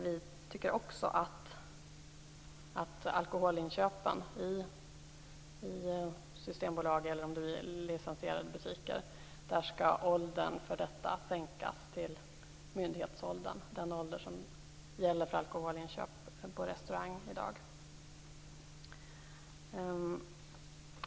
Vi tycker också att åldern för alkoholinköp i systembolag eller licensierade butiker skall sänkas till myndighetsåldern, den ålder som gäller för alkoholinköp på restaurang i dag.